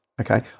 Okay